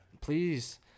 Please